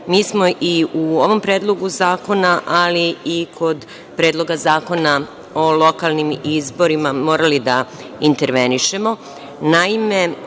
mi smo i u ovom Predlogu zakona, a i kod Predloga zakona o lokalnim izborima morali intervenišemo. Naime,